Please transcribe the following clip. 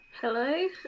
hello